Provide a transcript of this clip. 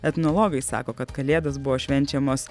etnologai sako kad kalėdos buvo švenčiamos